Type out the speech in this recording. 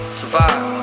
survive